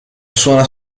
suona